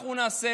אנחנו נעשה,